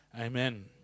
amen